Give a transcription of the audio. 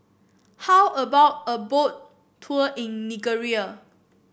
how about a Boat Tour in Nigeria